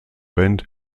band